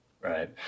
Right